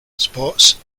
sports